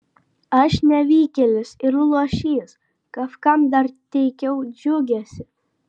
aš nevykėlis ir luošys kažkam dar teikiau džiugesį